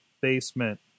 basement